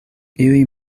ili